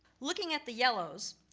looking at the yellow's,